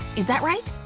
is that right?